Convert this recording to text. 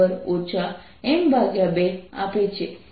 તેથી વર્તુળની ત્રિજ્યા rsin દ્વારા આપવામાં આવે છે